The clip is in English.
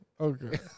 Okay